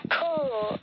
cool